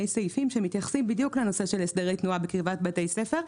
סעיפים שמתייחסים בדיוק לנושא של הסדרי תנועה בקרבת בתי ספר,